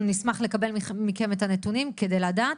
אנחנו נשמח לקבל מכם את הנתונים כדי לדעת,